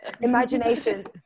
imaginations